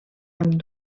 amb